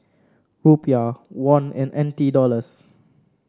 Rupiah Won and N T Dollars